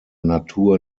natur